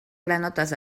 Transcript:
granotes